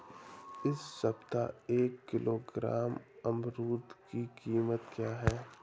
इस सप्ताह एक किलोग्राम अमरूद की कीमत क्या है?